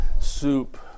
soup